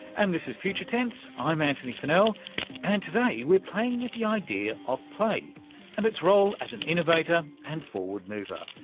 and this is future tense, i'm antony funnell and today we're playing with the idea of play and its role as an innovator and forward mover.